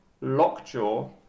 Lockjaw